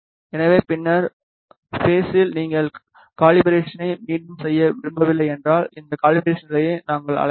எனவே பின்னர் பேஸில் நீங்கள் கலிபராசனை மீண்டும் செய்ய விரும்பவில்லை என்றால் இந்த கலிபராசன் நிலையை நாங்கள் அழைக்கலாம்